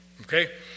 Okay